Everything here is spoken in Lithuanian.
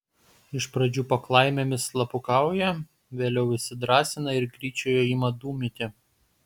iš pradžių paklaimėmis slapukauja vėliau įsidrąsina ir gryčioje ima dūmyti